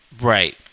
Right